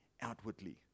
outwardly